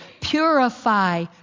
Purify